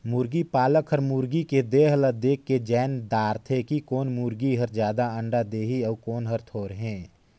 मुरगी पालक हर मुरगी के देह ल देखके जायन दारथे कि कोन मुरगी हर जादा अंडा देहि अउ कोन हर थोरहें